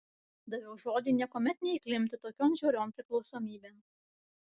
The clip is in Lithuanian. daviau žodį niekuomet neįklimpti tokion žiaurion priklausomybėn